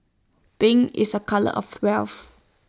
pink is A colour of wealth